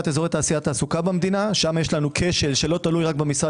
אזורי תעשייה במדינה שם יש לנו כשל שלא תלוי רק במשרד